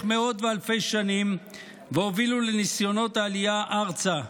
מאות ואלפי שנים והובילו לניסיונות העלייה ארצה,